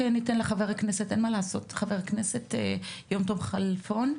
רק נתן לחה"כ יום טוב כלפון,